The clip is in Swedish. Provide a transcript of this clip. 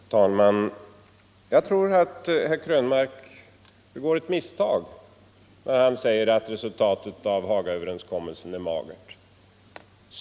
Herr talman! Jag tror att herr Krönmark begår ett misstag när han säger att resultatet av Hagaöverenskommelsen är magert.